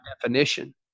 definition